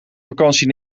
vakantie